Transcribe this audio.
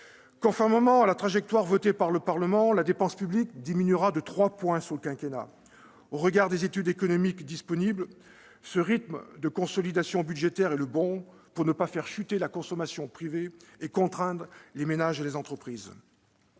Conformément à la trajectoire votée par le Parlement, la dépense publique diminuera de trois points sur le quinquennat. Au regard des études économiques disponibles, ce rythme de consolidation budgétaire est le bon pour ne pas faire chuter la consommation privée et contraindre les ménages et les entreprises.